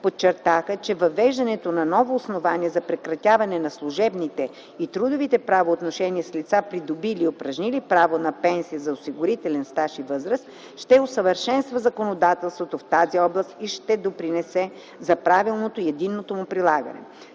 подчертаха, че въвеждането на ново основание за прекратяване на служебните и трудовите правоотношения с лица, придобили и упражнили право на пенсия за осигурителен стаж и възраст, ще усъвършенства законодателството в тази област и ще допринесе за правилното и единното му прилагане.